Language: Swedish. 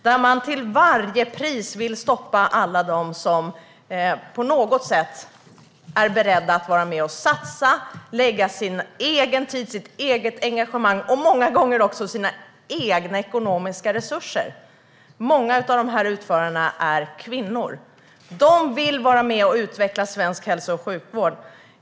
Man vill till varje pris stoppa alla dem som på något sätt är beredda att vara med och satsa, lägga sin egen tid, sitt eget engagemang och många gånger också sina egna ekonomiska resurser. Många av de utförarna är kvinnor. De vill vara med och utveckla svensk hälso och sjukvård.